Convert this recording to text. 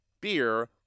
beer